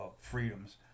freedoms